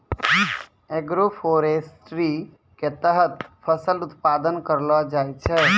agroforestry के तहत फसल उत्पादन करलो जाय छै